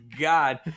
god